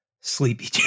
Sleepy